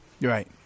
right